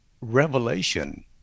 revelation